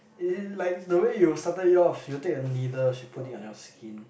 it is like the way you started yours she will take a needle she put it on your skin